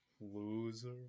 Loser